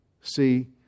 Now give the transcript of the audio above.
see